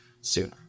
sooner